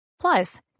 Plus